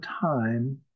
time